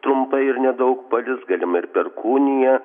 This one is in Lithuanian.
trumpai ir nedaug palis galima ir perkūnija